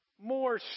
more